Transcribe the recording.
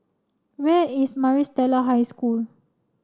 where is Maris Stella High School